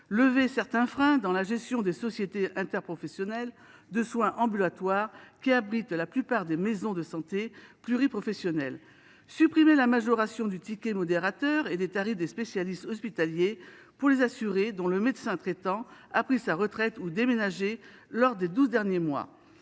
de certains freins dans la gestion des sociétés interprofessionnelles de soins ambulatoires, qui abritent la plupart des maisons de santé pluriprofessionnelles, et de la majoration du ticket modérateur et des tarifs des spécialistes hospitaliers pour les assurés dont le médecin traitant a pris sa retraite ou déménagé lors des douze derniers mois.